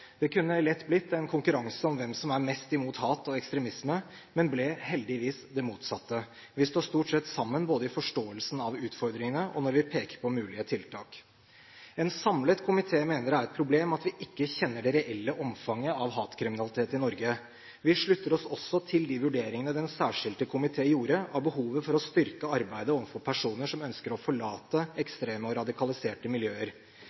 Det kunne lett blitt en konkurranse om hvem som er mest imot hat og ekstremisme, men ble heldigvis det motsatte: Vi står stort sett sammen i forståelsen av utfordringene, og når vi peker på mulige tiltak. En samlet komité mener det er et problem at vi ikke kjenner det reelle omfanget av hatkriminalitet i Norge. Vi slutter oss også til de vurderingene Den særskilte komité gjorde av behovet for å styrke arbeidet overfor personer som ønsker å forlate ekstreme og radikaliserte miljøer.